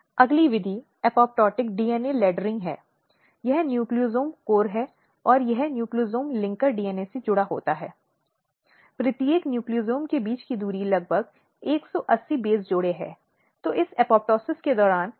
जहां अपराधी के बजाय उसे परीक्षण करने के लिए रखा गया है जिस पर मुकदमा चलाया गया है और यह उसका चरित्र उसका व्यवहार कैसा है कि उसने खुद को कैसे संचालित किया कानून और निर्णय लेने की प्रक्रिया के लिए पूछताछ का मुख्य बिंदु बन जाता है